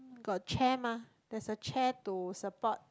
got chair mah there's a chair to support